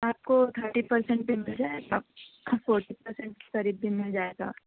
آپ کو thirty percent پہ مل جائے گا فورٹی پرسنٹ کے قریب بھی مل جائے گا